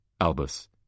Albus